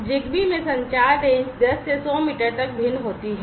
ZigBee में संचार range 10 से 100 मीटर तक भिन्न होती है